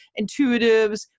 intuitives